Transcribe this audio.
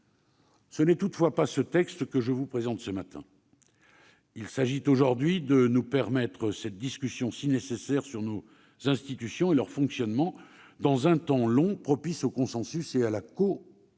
Ce n'est toutefois pas ce texte que je vous présente aujourd'hui. En effet, pour nous permettre d'avoir cette discussion si nécessaire sur nos institutions et leur fonctionnement dans un temps long, propice au consensus et à la coconstruction,